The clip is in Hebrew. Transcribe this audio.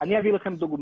אני אתן לך דוגמה.